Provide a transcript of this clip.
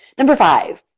number five,